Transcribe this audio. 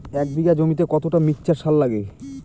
এক বিঘা জমিতে কতটা মিক্সচার সার লাগে?